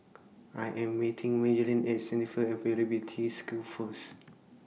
I Am meeting Maryellen At Center For Employability Skills First